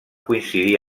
coincidir